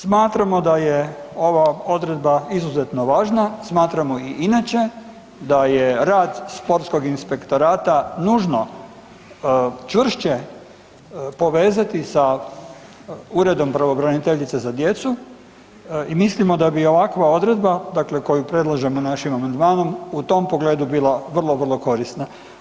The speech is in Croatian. Smatramo da je ova odredba izuzetno važna, smatramo i inače da je rad sportskog inspektorata nužno čvršće povezati sa Uredom pravobraniteljice za djecu i mislimo da bi ovakva odredba koju predlažemo našim amandmanom u tom pogledu bila vrlo, vrlo korisna.